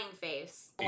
face